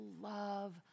love